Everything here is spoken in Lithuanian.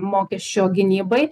mokesčio gynybai